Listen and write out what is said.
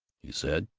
he said.